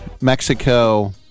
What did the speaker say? Mexico